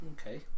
okay